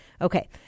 Okay